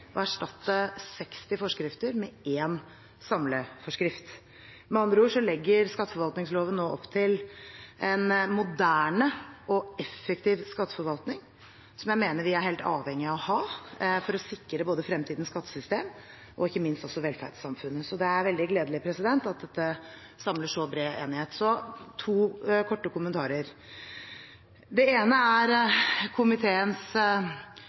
å erstatte 60 forskrifter med én samleforskrift. Med andre ord legger skatteforvaltningsloven nå opp til en moderne og effektiv skatteforvaltning, som jeg mener vi er helt avhengig av å ha for å sikre både fremtidens skattesystem og ikke minst velferdssamfunnet. Så det er veldig gledelig at det er en så stor enighet om dette. Så to korte kommentarer: Det ene gjelder komiteens